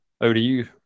ODU